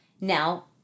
Now